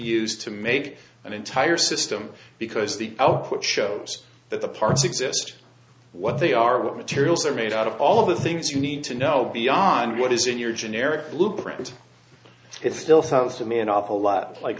used to make an entire system because the output shows that the parts exist what they are what materials are made out of all of the things you need to know beyond what is in your generic blueprint and it still feels to me an awful lot like